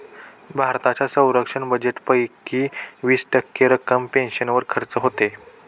भारताच्या संरक्षण बजेटपैकी वीस टक्के रक्कम पेन्शनवर खर्च होते